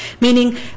Meaning